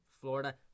Florida